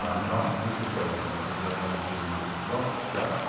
nott, you should go in, because you're going to pick locks, yeah